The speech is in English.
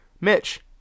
Mitch